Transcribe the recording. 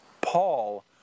Paul